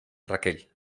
raquel